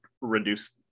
reduce